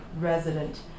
resident